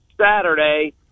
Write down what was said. Saturday